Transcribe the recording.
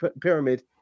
pyramid